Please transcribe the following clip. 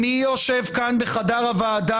-- מי יושב כאן בחדר הוועדה,